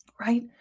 Right